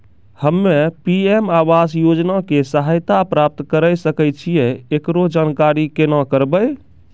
हम्मे पी.एम आवास योजना के सहायता प्राप्त करें सकय छियै, एकरो जानकारी केना करबै?